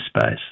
space